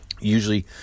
usually